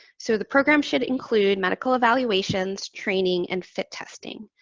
so, the program should include medical evaluations, training, and fit testing.